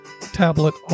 tablet